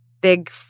big